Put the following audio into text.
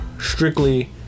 strictly